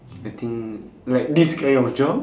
I think like this kind of job